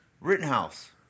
Rittenhouse